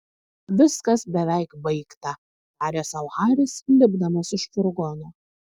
viskas beveik baigta tarė sau haris lipdamas iš furgono